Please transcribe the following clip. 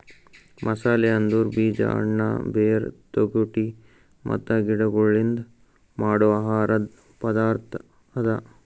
ಮಸಾಲೆ ಅಂದುರ್ ಬೀಜ, ಹಣ್ಣ, ಬೇರ್, ತಿಗೊಟ್ ಮತ್ತ ಗಿಡಗೊಳ್ಲಿಂದ್ ಮಾಡೋ ಆಹಾರದ್ ಪದಾರ್ಥ ಅದಾ